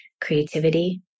creativity